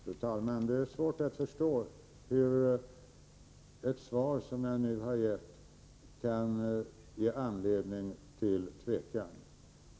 Fru talman! Det är svårt att förstå hur ett svar som det jag nu har gett kan ge anledning till tvekan.